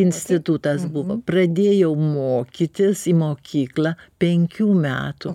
institutas buvo pradėjau mokytis į mokyklą penkių metų